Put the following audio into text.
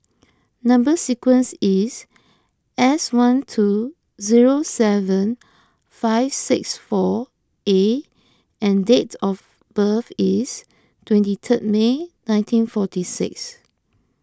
Number Sequence is S one two zero seven five six four A and date of birth is twenty third May nineteen forty six